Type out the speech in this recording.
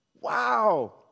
Wow